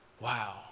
Wow